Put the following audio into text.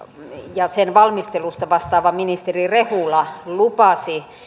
ja sen valmistelusta vastaava ministeri rehula lupasi